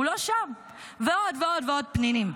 הוא לא שם, ועוד ועוד ועוד פנינים.